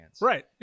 right